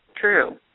true